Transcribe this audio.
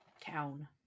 town